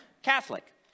Catholic